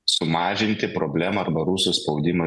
sumažinti problemą arba rusų spaudimą